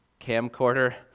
camcorder